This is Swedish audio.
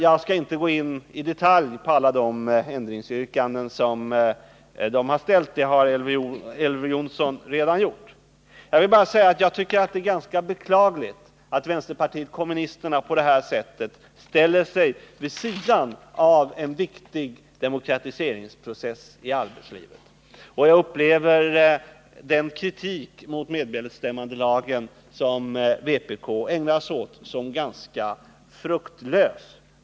Jag skall inte gå in i detalj på alla de ändringsyrkanden som de har ställt, det har Elver Jonsson redan gjort. Jag vill bara säga att jag tycker att det är ganska beklagligt att vänsterpartiet kommunisterna på det här sättet ställer sig vid sidan av en viktig demokratiseringsprocess i arbetslivet. Jag upplever den kritik mot medbestämmandelagen som vpk ägnar sig åt som ganska fruktlös.